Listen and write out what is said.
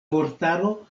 vortaro